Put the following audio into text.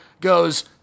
goes